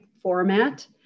Format